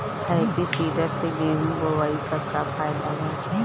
Happy seeder से गेहूं बोआई के का फायदा बा?